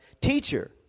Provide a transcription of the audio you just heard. teacher